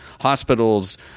hospitals